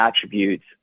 attributes